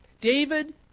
David